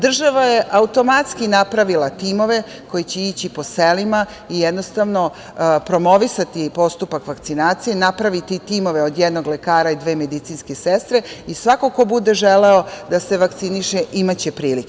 Država je automatski napravila timove koji će ići po selima i promovisati postupak vakcinacije, napraviti timove od jednog lekara i dve medicinske sestre, i svako ko bude želeo da se vakciniše imaće prilike.